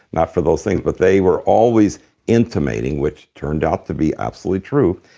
not for those things, but they were always intimating, which turned out to be absolutely true,